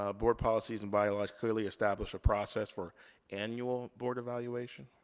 ah board policies and bylaws clearly establish a process for annual board evaluation.